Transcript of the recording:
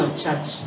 church